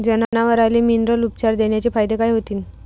जनावराले मिनरल उपचार देण्याचे फायदे काय होतीन?